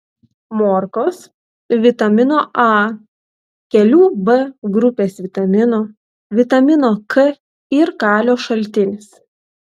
morkos vitamino a kelių b grupės vitaminų vitamino k ir kalio šaltinis